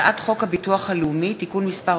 הצעת חוק הביטוח הלאומי (תיקון מס'